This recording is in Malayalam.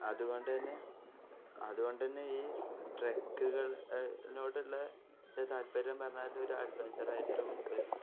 അതുകൊണ്ട് തന്നെ അതുകൊണ്ടു തന്നെ ഈ ട്രക്കുകളോടുള്ള താല്പര്യം പറഞ്ഞാൽ ഒരു ഒരു അഡ്വഞ്ചറായിട്ടും